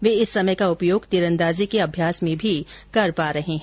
वे इस समय का उपयोग तीरंदाजी के अभ्यास में भी कर पा रहे हैं